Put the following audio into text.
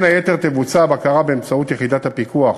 בין היתר, תבוצע הבקרה באמצעות יחידת הפיקוח